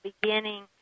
beginning